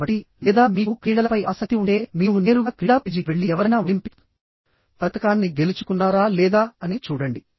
కాబట్టి లేదా మీకు క్రీడలపై ఆసక్తి ఉంటే మీరు నేరుగా క్రీడా పేజీకి వెళ్లి ఎవరైనా ఒలింపిక్ పతకాన్ని గెలుచుకున్నారా లేదా అని చూడండి